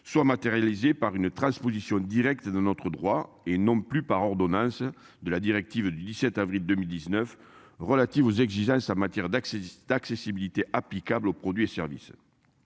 soit matérialisée par une transposition directe de notre droit et non plus par ordonnance de la directive du 17 avril 2019 relatives aux exigences en matière d'accès d'accessibilité applicable aux produits et services.